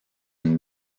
une